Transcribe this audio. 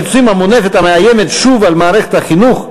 המונפת המאיימת שוב על מערכת החינוך,